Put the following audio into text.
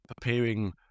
preparing